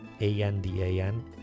A-N-D-A-N